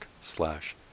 slash